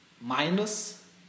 minus